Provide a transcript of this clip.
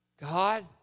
God